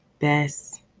best